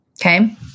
Okay